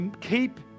keep